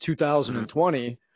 2020